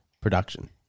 production